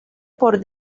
por